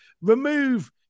remove